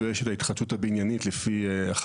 ויש את ההתחדשות הבניינית לפי החלופה.